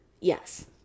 yes